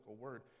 word